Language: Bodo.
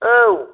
औ